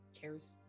cares